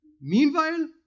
Meanwhile